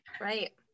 Right